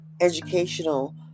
educational